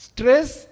Stress